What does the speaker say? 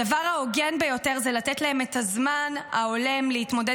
הדבר ההוגן ביותר הוא לתת להם את הזמן ההולם להתמודד